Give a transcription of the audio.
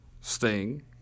Sting